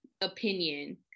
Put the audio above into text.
opinion